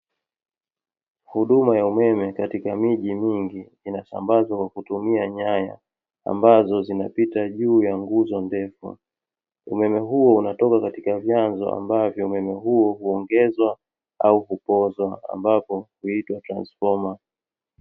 Huduma ya umeme katika miji mingi inasambazwa kwa kutumia nyaya ambazo zinapita juu ya nguzo ndefu. Umeme huo unatoka katika vyanzo ambavyo umeme huo huongezwa au hupoozwa, ambayo inaitwa transfoma.